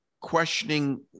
questioning